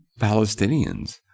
Palestinians